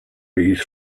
bees